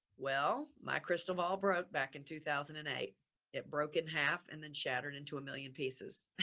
well, my crystal ball broke back in two thousand and eight it broke in half and then shattered into a million pieces,